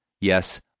Yes